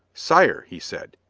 sire, he said,